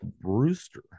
Brewster